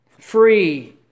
Free